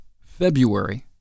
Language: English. February